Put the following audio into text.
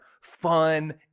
fun